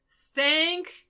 Thank